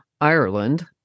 Ireland